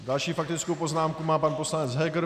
Další faktickou poznámku má pan poslanec Heger.